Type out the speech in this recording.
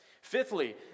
Fifthly